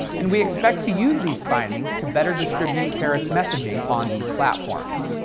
and we expect to use these findings to better distribute perris messaging on these platforms.